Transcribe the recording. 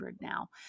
now